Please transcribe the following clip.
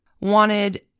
wanted